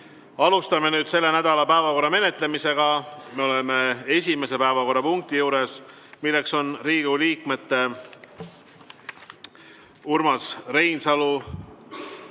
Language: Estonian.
Alustame nüüd selle nädala päevakorra menetlemist. Me oleme esimese päevakorrapunkti juures, milleks on Riigikogu liikmete Urmas Reinsalu,